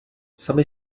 sami